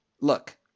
Look